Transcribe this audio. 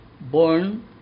born